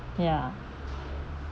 ya